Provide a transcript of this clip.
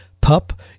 pup